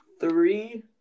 Three